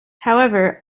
however